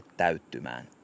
täyttymään